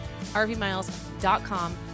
rvmiles.com